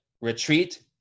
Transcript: retreat